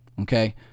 okay